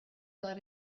dal